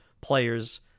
players